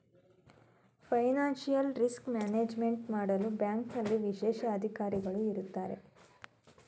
financial risk management ಮಾಡಲು ಬ್ಯಾಂಕ್ನಲ್ಲಿ ವಿಶೇಷ ಅಧಿಕಾರಿಗಳು ಇರತ್ತಾರೆ